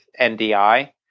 NDI